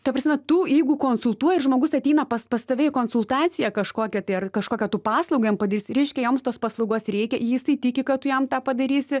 ta prasme tu jeigu konsultuoji ir žmogus ateina pas pas tave į konsultaciją kažkokia tai ar kažkokią tu paslaugą jiem padarysi reiškia jiem tos paslaugos reikia jisai tiki kad tu jam tą padarysi